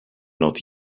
not